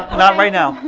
not right now.